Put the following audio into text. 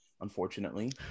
unfortunately